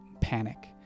panic